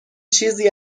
چیزی